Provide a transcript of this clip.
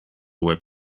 web